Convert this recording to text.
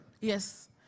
Yes